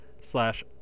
slash